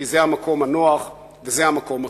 כי זה המקום הנוח וזה המקום הטוב.